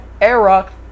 era